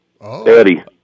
Eddie